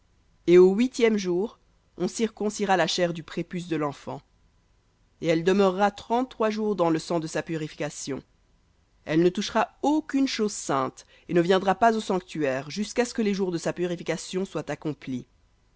et au huitième jour on circoncira la chair du prépuce de l et elle demeurera trente-trois jours dans le sang de sa purification elle ne touchera aucune chose sainte et ne viendra pas au sanctuaire jusqu'à ce que les jours de sa purification soient accomplis